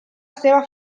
seva